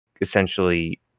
essentially